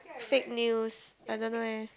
fake news I don't know eh